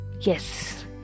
yes